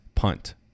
punt